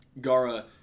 Gara